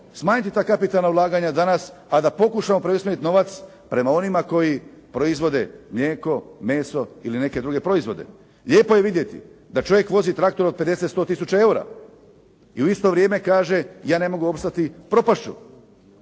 smanjiti ta kapitalna ulaganja danas, a da pokušamo preusmjeriti novac prema onima koji proizvode mlijeko, meso ili neke druge proizvode. Lijepo je vidjeti da čovjek vozi traktor od 50, 100000 eura i u isto vrijeme kaže ja ne mogu opstati, propast ću.